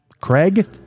Craig